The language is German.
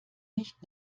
nicht